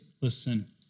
Listen